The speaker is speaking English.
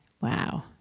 Wow